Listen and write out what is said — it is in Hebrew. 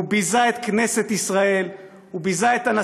הוא ביזה את כנסת ישראל,